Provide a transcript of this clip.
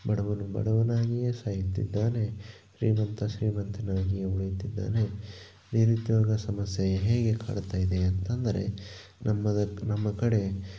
ಬಡವನು ಬಡವನಾಗಿಯೇ ಸಾಯುತ್ತಿದ್ದಾನೆ ಶ್ರೀಮಂತ ಶ್ರೀಮಂತನಾಗಿಯೇ ಉಳಿಯುತ್ತಿದ್ದಾನೆ ನಿರುದ್ಯೋಗ ಸಮಸ್ಯೆ ಹೇಗೆ ಕಾಡ್ತಾಯಿದೆ ಅಂತಂದರೆ ನಮ್ಮದು ನಮ್ಮ ಕಡೆ